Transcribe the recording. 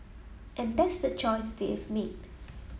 and that's the choice they've made